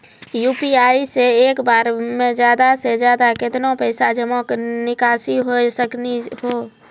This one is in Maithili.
यु.पी.आई से एक बार मे ज्यादा से ज्यादा केतना पैसा जमा निकासी हो सकनी हो?